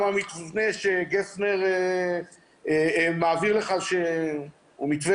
גם המתווה שגפנר מעביר לך הוא מתווה